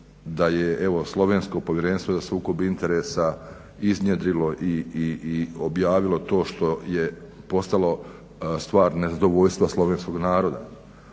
da je evo slovensko povjerenstvo za sukob interesa iznjedrilo i objavilo to što je postalo stvar nezadovoljstva slovenskog naroda